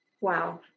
wow